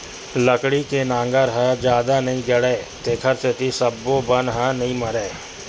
लकड़ी के नांगर ह जादा नइ गड़य तेखर सेती सब्बो बन ह नइ मरय